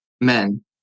men